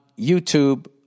YouTube